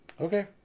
Okay